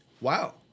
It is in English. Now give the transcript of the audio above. Wow